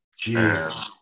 Jeez